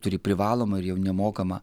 turi privalomą ir jau nemokamą